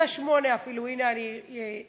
1.8% מהאוכלוסייה, אפילו, הנה אני אדייק.